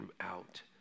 throughout